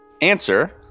answer